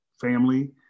family